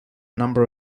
number